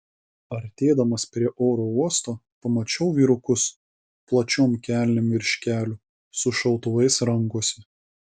artėdamas prie oro uosto pamačiau vyrukus plačiom kelnėm virš kelių su šautuvais rankose